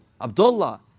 Abdullah